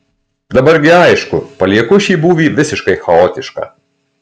dabar gi aišku palieku šį būvį visiškai chaotišką